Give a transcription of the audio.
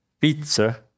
pizza